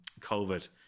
covid